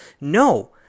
No